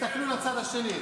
תסתכלו לצד השני.